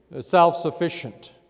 self-sufficient